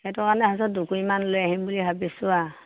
সেইটো কাৰণে ভাবিছোঁ দুকুৰিমান লৈ আহিম বুলি ভাবিছোঁ আৰু